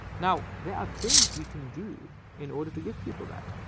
now there are things we can do in order to give people that.